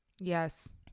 yes